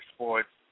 Sports